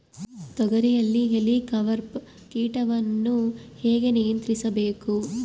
ತೋಗರಿಯಲ್ಲಿ ಹೇಲಿಕವರ್ಪ ಕೇಟವನ್ನು ಹೇಗೆ ನಿಯಂತ್ರಿಸಬೇಕು?